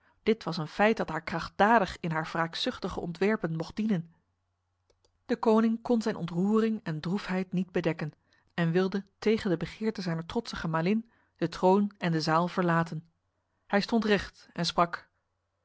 dit was een feit dat haar krachtdadig in haar wraakzuchtige ontwerpen mocht dienen de koning kon zijn ontroering en droefheid niet bedekken en wilde tegen de begeerte zijner trotse gemalin de troon en de zaal verlaten hij stond recht en sprak